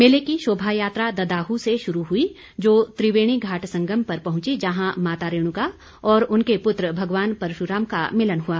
मेले की शोभायात्रा ददाहू से शुरू हुई जो त्रिवेणीघाट संगम पर पहुंची जहां माता रेणुका और उनके पुत्र भगवान परशुराम का मिलन हुआ